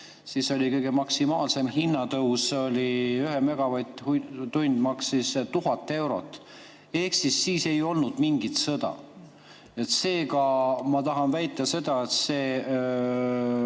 siis oli kõige [suurem] hinnatõus, 1 megavatt-tund maksis 1000 eurot. Ehkki siis ei olnud mingit sõda. Seega, ma tahan väita seda, et see